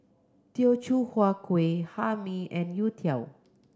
Teochew Huat Kueh Hae Mee and youtiao